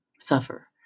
suffer